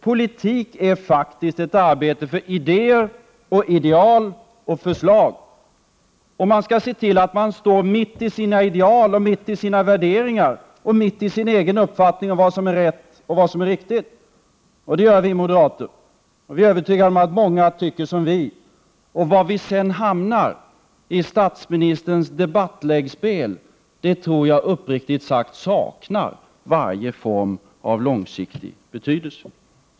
Politik är faktiskt ett arbete för idéer, ideal och förslag. Man skall se till att man står mitt i sina ideal, värderingar och uppfattningar om vad som är rätt och riktigt. Det gör vi moderater. Vi är övertygade om att många tycker som vi. Var vi sedan hamnar i statsministerns debattläggspel tror jag uppriktigt sagt saknar varje form av långsiktig betydelse.